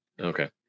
Okay